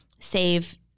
save